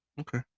Okay